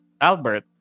Albert